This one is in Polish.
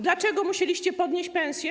Dlaczego musieliście podnieść pensję?